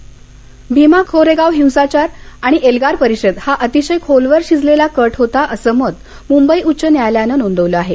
उच्च न्यायालय भीमा कोरेगाव हिंसाचार आणि एल्गार परिषद हा अतिशय खोलवर शिजलेला कट होता असं मत मुंबई उच्च न्यायालयानं नोंदवलं आहे